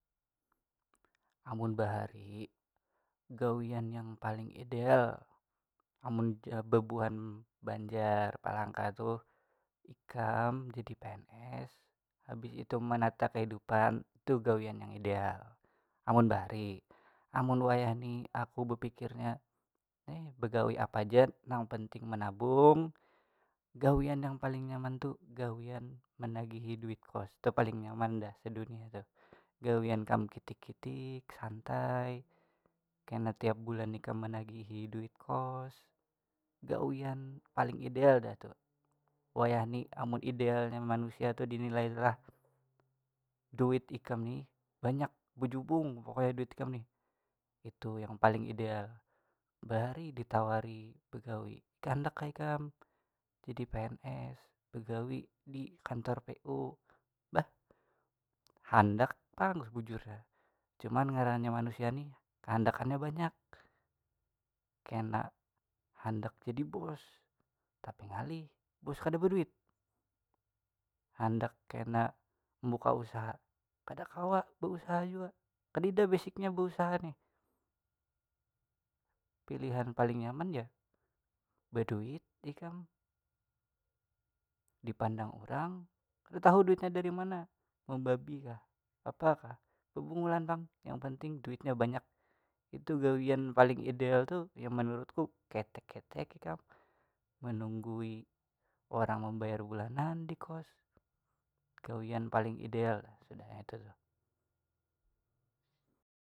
Amun bahari gawian yang paling ideal amun jar bubuan banjar palangka tuh ikam jadi pns habis itu menata kahidupan tu gawian yang ideal, amun bahari, amun wayahni aku bapikirnya heh begawi apa ja nang penting menabung gawian yang paling nyaman tu gawian menagihi duit kos tu paling nyaman dah sedunia tu gawian kam kitik kitik santai kena tiap bulan ikam menagihi duit kos gawian paling ideal dah tu wayahini amun idealnya manusia tu dinilai lah, duit ikam ni banyak bejubung pokoknya duit ikam nih itu yang paling ideal bahari ditawari begawi tuh handak kah kam jadi pns begawi di kantor pu bah handak pang sebujurnya cuma ngarannya manusia ni kahandakannya banyak kena handak jadi bos tapi ngalih bos kada beduit, handak kena buka usaha kada kawa beusaha jua kadida basicnya beusaha nih pilihan paling nyaman jar baduit ikam dipandang urang kada tahu duitnya dari mana membabi kah apa kah bebungulan pang yang penting duitnya banyak, itu gawian paling ideal tu ya menurutku ketek ketek ikam menunggui orang membayar bulanan di kos gawian paling ideal tu sudah nya tuh tu.